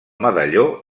medalló